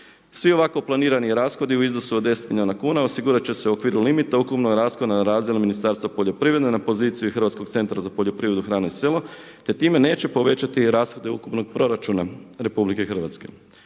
Svi ovako planirani rashodi u iznosu od 10 milijuna kuna osigurat će se u okviru limita .../Govornik se ne razumije./... Ministarstva poljoprivrede na poziciju Hrvatskog centra za poljoprivredu, hrane i selo te time neće povećati rashode ukupnog proračuna RH.